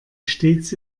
stets